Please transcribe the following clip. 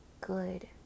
good